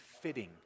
fitting